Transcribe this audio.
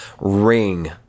ring